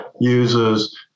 uses